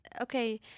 Okay